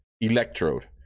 Electrode